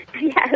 Yes